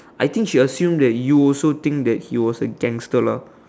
I think she assume that you also think that he was a gangster lah